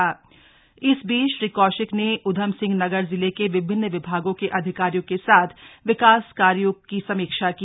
मदन कौशिक बैठक इस बीच श्री कौशिक ने ऊधमसिंह नगर जिले के विभिन्न विभागों के अधिकारियों के साथ विकास कार्यो को लेकर समीक्षा की